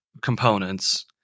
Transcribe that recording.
components